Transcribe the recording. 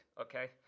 okay